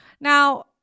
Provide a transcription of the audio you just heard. now